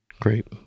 Great